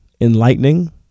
enlightening